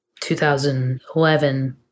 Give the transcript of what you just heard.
2011